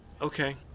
Okay